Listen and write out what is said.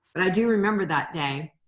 but i do remember that day,